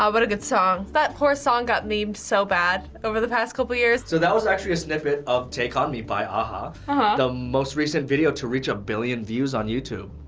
but a good song. that poor song got memed so bad over the past couple years. so that was actually a snippet of take on me by a-ha the most recent video to reach a billion views on youtube.